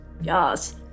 Yes